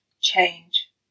Change